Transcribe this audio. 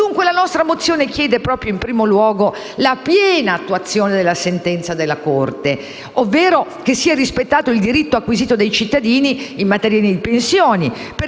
Dunque, la nostra proposta di mozione chiede in primo luogo la piena attuazione della sentenza della Corte, ovvero che sia rispettato il diritto acquisito dai cittadini in materia di pensioni.